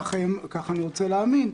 כך אני רוצה להאמין,